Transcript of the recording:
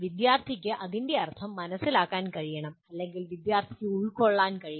വിദ്യാർത്ഥിക്ക് അതിന്റെ അർത്ഥം മനസിലാക്കാൻ കഴിയണം അല്ലെങ്കിൽ വിദ്യാർത്ഥിക്ക് ഉൾക്കൊള്ളാൻ കഴിയണം